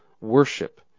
worship